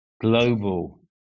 global